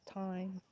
time